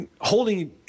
holding